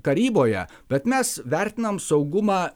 karyboje bet mes vertinam saugumą